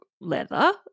Leather